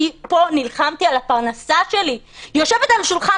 אני פה נלחמתי על הפרנסה שלי יושבת בשולחן,